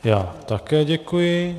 Já také děkuji.